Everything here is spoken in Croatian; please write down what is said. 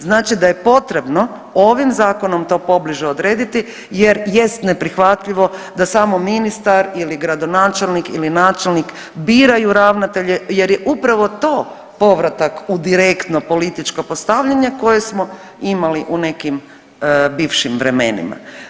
Znači da je potrebno ovim Zakonom to pobliže odrediti jer jest neprihvatljivo da samo ministar ili gradonačelnik ili načelnik biraju ravnatelje jer je upravo to povratak u direktno političko postavljanje koje smo imali u nekim bivšim vremenima.